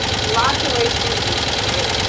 lots of ways for you to do so, right?